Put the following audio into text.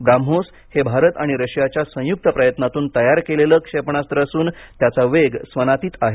ब्राम्होस हे भारत आणि रशियाच्या संयुक्त प्रयत्नांतून तयार केलेलं क्षेपणास्त्र असून त्याचा वेग स्वनातीत आहे